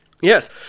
Yes